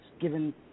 given